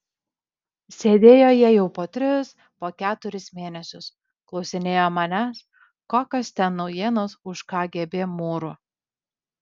sėdėjo jie jau po tris po keturis mėnesius klausinėjo manęs kokios ten naujienos už kgb mūrų